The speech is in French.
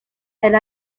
elle